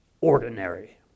ordinary